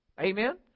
Amen